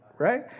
Right